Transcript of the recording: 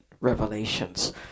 Revelations